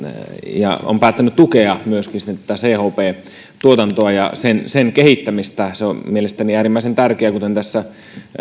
ja on päättänyt tukea myöskin tätä chp tuotantoa ja sen sen kehittämistä se on mielestäni äärimmäisen tärkeää kuten tässä